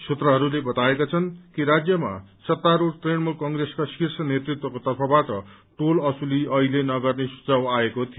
सूत्रहस्ले बताएका छन् कि राज्यमा सत्तास्रूढ़ तृणमूल कंप्रेसका शीर्ष नेतृत्वको तर्फबाट टोल असूली अहिले नगर्ने सुझाव आएको थियो